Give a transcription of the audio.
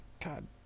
God